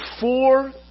four